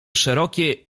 szerokie